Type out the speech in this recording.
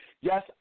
Yes